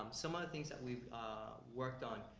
um some other things that we've worked on.